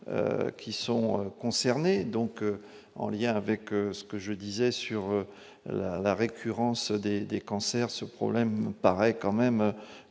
qui sont concernés, donc en lien avec ce que je disais sur la récurrence des des cancers ce problème me paraît quand même